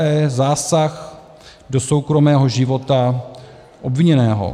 e) zásah do soukromého života obviněného.